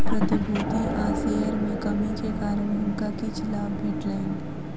प्रतिभूति आ शेयर में कमी के कारण हुनका किछ लाभ भेटलैन